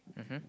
mmhmm